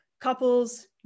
couples